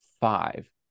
five